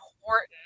important